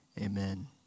Amen